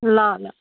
ल ल ल